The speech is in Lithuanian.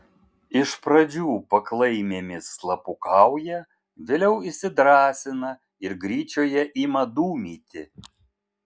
iš pradžių paklaimėmis slapukauja vėliau įsidrąsina ir gryčioje ima dūmyti